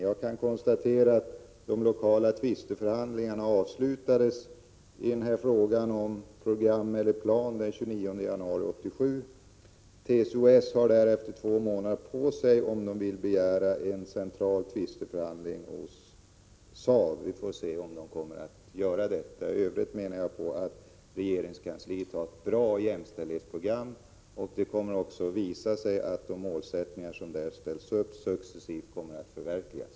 Jag kan konstatera att de lokala tvisteförhandlingarna avslutades i denna fråga om program eller plan den 29 januari 1987. TCO-S har därefter två månader på sig att avgöra om man vill begära central tvisteförhandling hos SAV. Vi får se om man kommer att göra det. I övrigt menar jag att regeringskansliet har ett bra jämställdhetsprogram. Framtiden kommer också att visa att de mål som där ställs upp successivt kommer att förverkligas.